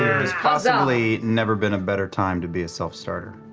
there's possibly never been a better time to be a self-starter